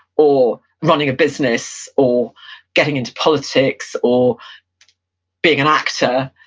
or running a business, or getting into politics, or being an actor,